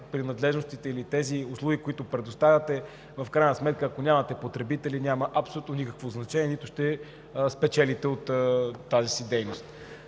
принадлежностите или услугите, които предоставят те, в крайна сметка ако нямат потребители, няма абсолютно никакво значение, нито ще спечелят от тази си дейност.